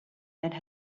and